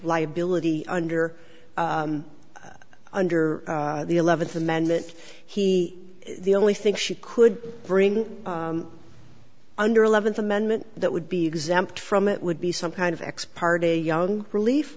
liability under under the eleventh amendment he the only think she could bring under eleventh amendment that would be exempt from it would be some kind of ex parte young relief